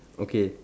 okay